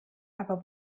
aber